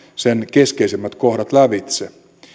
keskeisemmät kohdat lävitse